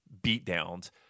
beatdowns